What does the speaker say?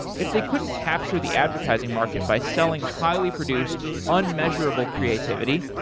if they couldn't capture the advertising market by selling highly produced un-measurable creativity,